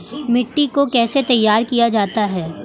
मिट्टी को कैसे तैयार किया जाता है?